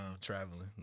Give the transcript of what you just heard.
traveling